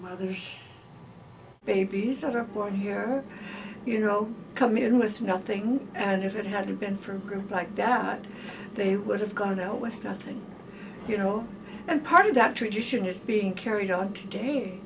mothers babies that are born here you know come in with nothing and if it hadn't been for a group like that they would have gone out west i think you know and part of that tradition is being carried out today